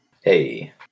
Hey